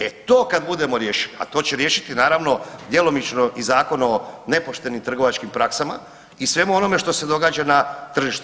E to kad budemo riješili, a to će riješiti naravno djelomično i Zakon o nepoštenim trgovačkim praksama i svemu onome što se događa na tržištu.